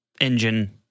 engine